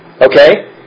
Okay